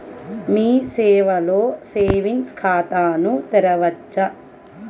మీ సేవలో సేవింగ్స్ ఖాతాను తెరవవచ్చా?